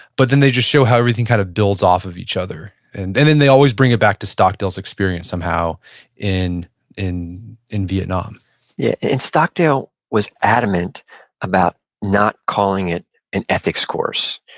but then they just show how everything kind of builds off of each other. and then then they always bring it back to stockdale's experience somehow in in vietnam yeah. and stockdale was adamant about not calling it an ethics course.